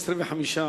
25%,